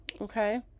Okay